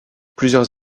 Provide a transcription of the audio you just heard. plusieurs